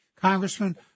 Congressman